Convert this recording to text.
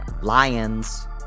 Lions